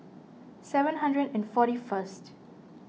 seven hundred and forty first